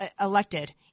elected –